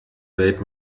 welt